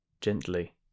Gently